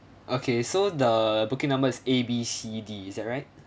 okay so the booking number is A B C D is that right